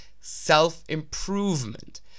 self-improvement